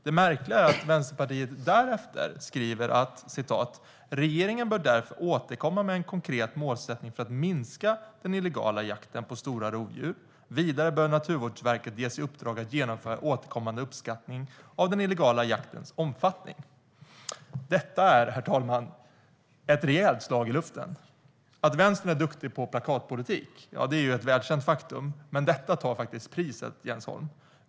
Det märkliga är att Vänsterpartiet därefter skriver: "Regeringen bör därför återkomma med en konkret målsättning för att minska den illegala jakten på stora rovdjur. Vidare bör Naturvårdsverket ges i uppdrag att genomföra återkommande uppskattningar av den illegala jaktens omfattning." Detta, herr talman, är ett rejält slag i luften. Att Vänstern är duktig på plakatpolitik är ett välkänt faktum, men detta tar faktiskt priset, Jens Holm.